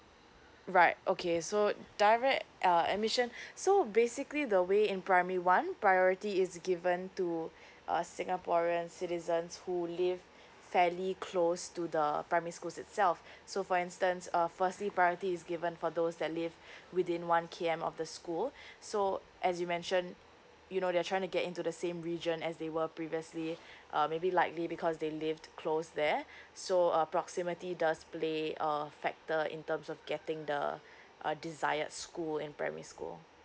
right okay so direct uh admissions so basically the way in primary one priority is given to uh singaporeans citizens who live fairly close to the primary schools itself so for instance uh firstly priority is given for those that live within one K_M of the school so as you mentioned you know they're trying to get into the same region as they were previously uh maybe likely because they live close there so uh proximity does play uh factor in terms of getting the uh desired school and primary school